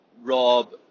Rob